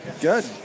Good